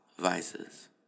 Vices